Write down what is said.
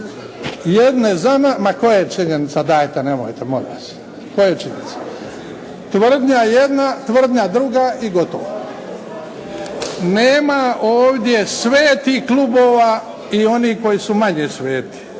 se ne čuje./…, Ma koja činjenica dajte nemojte molim vas. Tvrdnja jedna, tvrdnja druga i gotovo. Nema ovdje svetih klubova i onih koji su manje sveti.